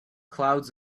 clouds